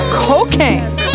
cocaine